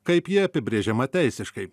kaip ji apibrėžiama teisiškai